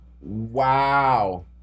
Wow